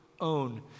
own